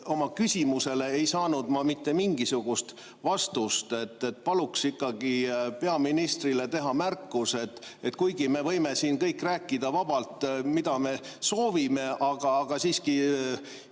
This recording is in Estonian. Oma küsimusele ei saanud ma mitte mingisugust vastust. Paluks ikkagi peaministrile teha märkuse, et kuigi me võime siin rääkida vabalt, mida me soovime, aga siiski